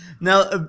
Now